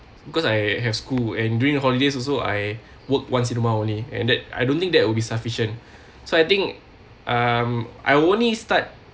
because I have school and during holidays also I work once in a while only and that I don't think that will be sufficient so I think um I only start